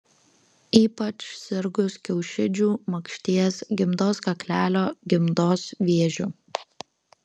ypač sirgus kiaušidžių makšties gimdos kaklelio gimdos vėžiu